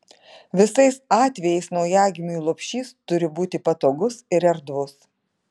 visais atvejais naujagimiui lopšys turi būti patogus ir erdvus